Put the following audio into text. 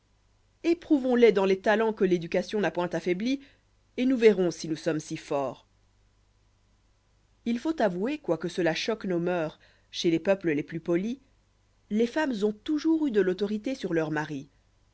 éprouvons les dans les talents que l'éducation n'a point affaiblis et nous verrons si nous sommes si forts il faut l'avouer quoique cela choque nos mœurs chez les peuples les plus polis les femmes ont toujours eu de l'autorité sur leurs maris